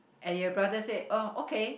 and your brother said oh okay